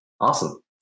Awesome